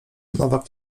nowak